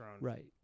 Right